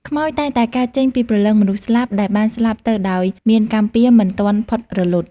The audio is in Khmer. ខ្មោចតែងតែកើតចេញពីព្រលឹងមនុស្សស្លាប់ដែលបានស្លាប់ទៅដោយមានកម្មពៀរមិនទាន់ផុតរលត់។